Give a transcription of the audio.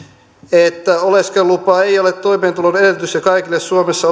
että oleskelulupa ei ole toimeentulon edellytys ja kaikille suomessa